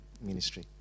ministry